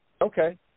Okay